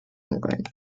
england